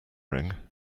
ring